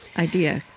idea.